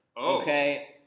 okay